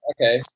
okay